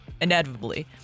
inevitably